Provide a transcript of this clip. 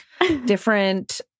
different